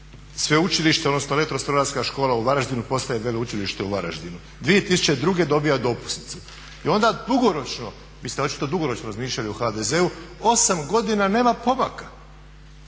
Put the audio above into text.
sveučilište odnosno Strojarska škola u Varaždinu postaje Veleučilište u Varaždinu, 2002. dobiva dopusnicu. I onda dugoročno, vi ste očito dugoročno razmišljali u HDZ-u, 8 godina nema pomaka.